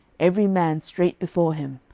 every man straight before him,